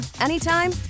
anytime